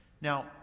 Now